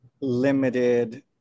limited